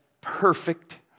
perfect